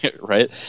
Right